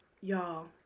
Y'all